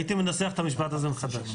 הייתי מנסח את המשפט הזה מחדש.